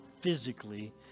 physically